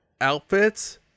outfits